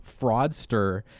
fraudster